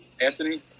Anthony